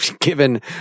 Given